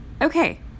Okay